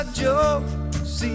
jokes